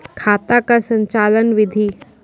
खाता का संचालन बिधि?